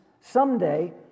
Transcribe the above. someday